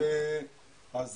אז